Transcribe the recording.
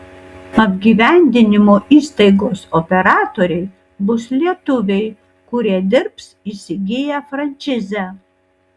apgyvendinimo įstaigos operatoriai bus lietuviai kurie dirbs įsigiję frančizę